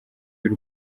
y’u